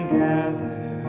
gather